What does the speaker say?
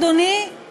אדוני,